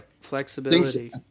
flexibility